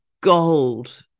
gold